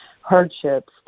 hardships